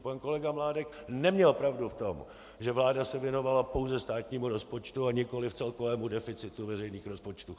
Pan kolega Mládek neměl pravdu v tom, že se vláda věnovala pouze státnímu rozpočtu, a nikoliv celkovému deficitu veřejných rozpočtů.